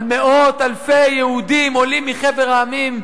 אבל מאות אלפי יהודים, עולים מחבר המדינות,